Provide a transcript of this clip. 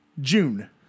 June